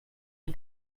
ich